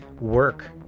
work